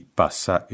passa